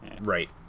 Right